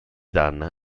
dan